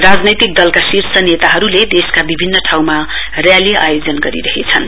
राजनैतिक दलका शीर्ष नेताहरूले देशका विभिन्न ठाउँमा न्याली आयोजन गरिरहेछन्